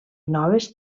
noves